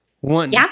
One